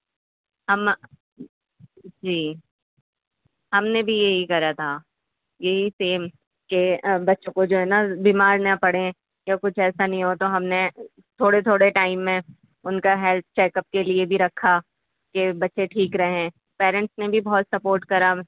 ہم جی ہم نے بھی یہی کرا تھا یہی سیم کہ بچوں کو جو ہے نا بیمار نہ پڑیں یا کچھ ایسا نہیں ہو تو ہم نے تھوڑے تھوڑے ٹائم میں ان کا ہیلتھ چیک اپ کے لیے بھی رکھا کہ بچے ٹھیک رہیں پیرنٹس نے بھی بہت سپورٹ کرا